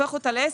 והופך אותה לעסק,